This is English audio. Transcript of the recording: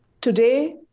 Today